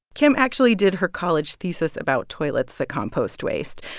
kim actually did her college thesis about toilets that compost waste.